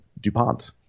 DuPont